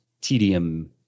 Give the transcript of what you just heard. tedium